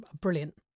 brilliant